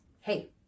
hey